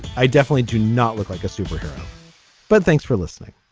i definitely do not look like a superhero but thanks for listening